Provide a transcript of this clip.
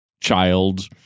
child